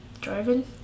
driving